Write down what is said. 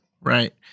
Right